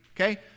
Okay